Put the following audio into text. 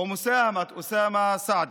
ועל סיועו של אוסאמה סעדי.